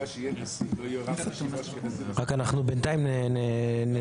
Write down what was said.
בשעה 10:01.) אנחנו עוברים להצבעה.